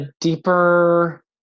deeper